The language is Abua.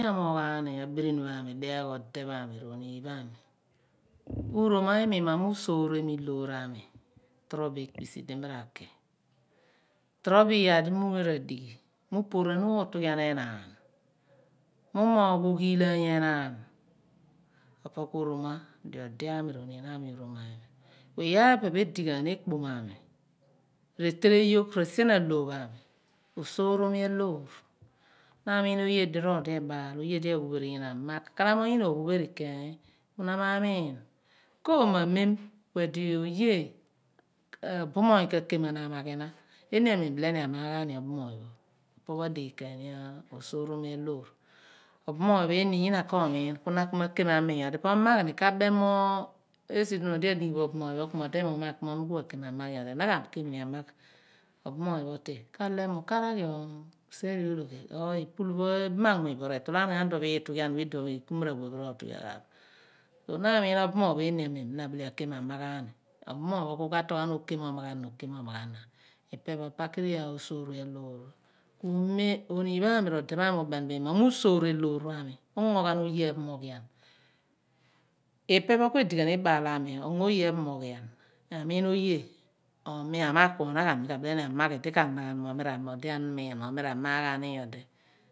Me a robo dighagh odepha me rꞌonun pha mi abinini. pho. Uroma imi, mo m, usoromi loreni torobo ekpisi di mi raki, trobi yaar lomi, ridighi, mi u puur u tughian enaan, mo mogh oghi laanu enaan opo ku orom de odiami ro oniim ami uroma mi iya phe pepho edighani ekpomiamir eteleyok seen a loor pha mi, na miin oye di a legheri yina nir magh, koo ma mem kue di ubumomy ka kenghan a magh a ni obumupho opo pho a dighi ken ni osoroma loor obumuuny pho eeny yina komiin ku na ku ma mii po magh ni ka bem mo di a dighi bo ubumoopho ku odi mi magh, muukr a ghi niin obumoopho kale mu kraghi usere ologhi epul pho ebam amuny pho retolaa nighaani i depho epul ikumara wepho rꞌe toghabo. So ma ken a miin obumoopho na ka kemni abile amaghaani mi ka tooghan okem omagha na okum omaghana. Ku pakiri osoromia loor pho me momi ongo oye ephomoghian ipepho ku edi ghabo siim a loor pha mi, mi a miin oye ku miin magh ku onagham mo mi ro magh ghen ayodi.